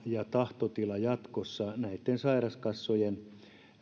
ja tahtotila jatkossa näitten sairaskassojen